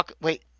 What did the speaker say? Wait